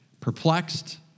perplexed